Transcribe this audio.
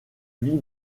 vie